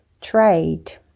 trade